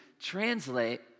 translate